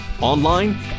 Online